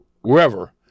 wherever